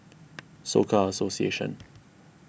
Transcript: Soka Association